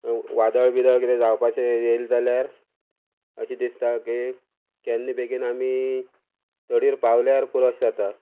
वादळ बिदळ कितें जावपाचें येले जाल्यार अशें दिसता की केन्ना बेगीन आमी तडीर पावल्यार पुरो अशें जाता